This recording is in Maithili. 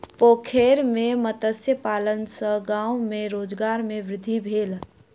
पोखैर में मत्स्य पालन सॅ गाम में रोजगार में वृद्धि भेल